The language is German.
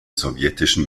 sowjetischen